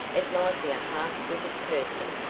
it might be a half-witted person,